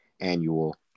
annual